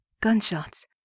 Gunshots